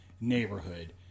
neighborhood